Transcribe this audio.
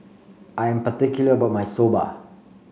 I am particular about my Soba